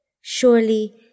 Surely